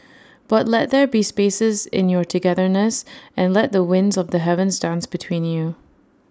but let there be spaces in your togetherness and let the winds of the heavens dance between you